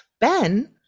Ben